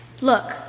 Look